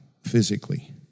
Physically